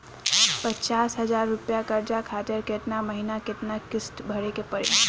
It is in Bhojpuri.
पचास हज़ार रुपया कर्जा खातिर केतना महीना केतना किश्ती भरे के पड़ी?